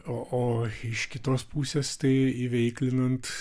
o o iš kitos pusės tai įveiklinant